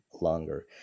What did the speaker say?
longer